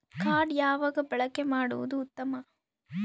Card ಯಾವಾಗ ಬಳಕೆ ಮಾಡುವುದು ಉತ್ತಮ?